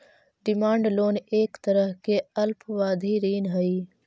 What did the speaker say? demand loan एक तरह के अल्पावधि ऋण हइ